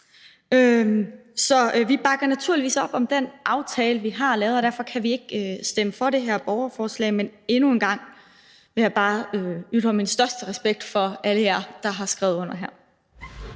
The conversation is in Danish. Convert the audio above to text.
Så vi bakker naturligvis op om den aftale, vi har lavet, og derfor kan vi ikke stemme for det her borgerforslag. Men endnu en gang vil jeg bare ytre min største respekt for alle jer, der har skrevet under her.